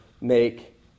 make